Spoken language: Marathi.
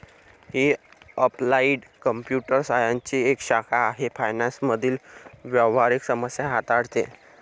ही अप्लाइड कॉम्प्युटर सायन्सची एक शाखा आहे फायनान्स मधील व्यावहारिक समस्या हाताळते